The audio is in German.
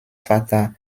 vater